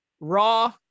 Raw